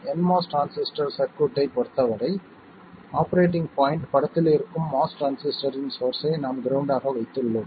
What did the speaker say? nMOS transistor சர்க்யூட்டைப் பொறுத்தவரை operating point படத்தில் இருக்கும் MOS டிரான்சிஸ்டரின் சோர்ஸ்ஸை நாம் கிரவுண்ட் ஆக வைத்துள்ளோம்